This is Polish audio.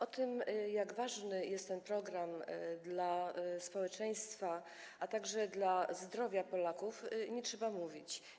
O tym, jak ważny jest ten program dla społeczeństwa, a także dla zdrowia Polaków, nie trzeba mówić.